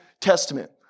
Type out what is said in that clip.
Testament